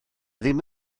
ddim